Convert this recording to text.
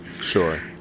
Sure